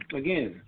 again